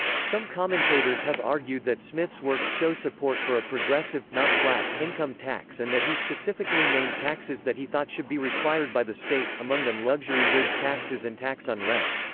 some commentators have argued that smith's works show support for a progressive, not flat, income tax and that he specifically named taxes that he thought should be required by the state, among them luxury-goods taxes and tax on rent.